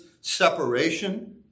separation